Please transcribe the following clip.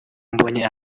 mbonye